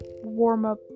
warm-up